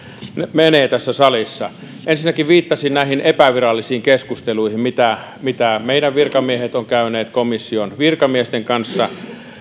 menee tässä salissa ensinnäkin viittasin näihin epävirallisiin keskusteluihin mitä mitä meidän virkamiehet ovat käyneet komission virkamiesten kanssa